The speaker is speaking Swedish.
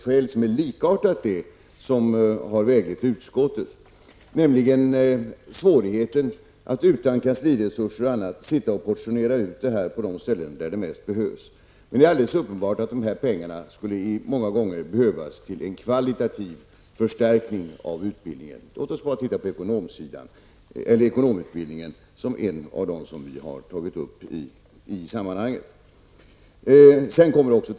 Skälet är likartat det som har väglett utskottet, nämligen svårigheterna att utan kansliresurser och annat portionera ut pengarna där de mest behövs. Det är uppenbart att pengarna många gånger skulle behövas till en kvalitativ förstärkning av utbildningen. Jag tänker exempelvis på ekonomiutbildningen som vi har tagit fasta på.